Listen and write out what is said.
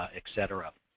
ah etc.